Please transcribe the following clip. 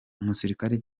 umusirikare